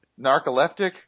Narcoleptic